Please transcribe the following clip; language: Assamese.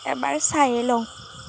এবাৰ চাইয়ে লওঁ